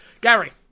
Gary